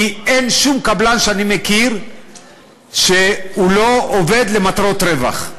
כי אין שום קבלן שאני מכיר שלא עובד למטרות רווח,